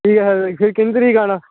ठीक ऐ सर फिर किन्नी तरीक आना